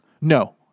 No